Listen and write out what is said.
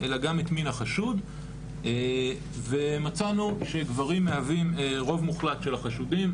אלא גם את מין החשוד ומצאנו שגברים מהווים רוב מוחלט של החשודים,